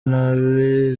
nabi